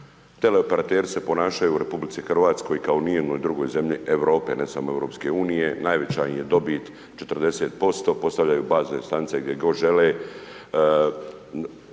Teleoperateri se ponašaju u RH kao u nijednoj drugoj zemlji Europe, ne samo EU-a, najveća im je dobit 40%, postavljaju bazne stanice gdje god žele